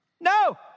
No